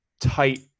tight